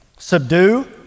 Subdue